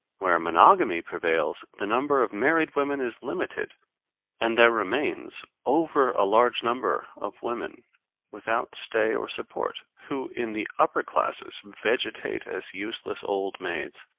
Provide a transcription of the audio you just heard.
where monogamy prevails the number of married women is limited and there remains over a large number of women without without stay or support, who, in the upper classes, vegetate as useless old maids,